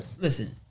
Listen